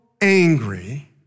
angry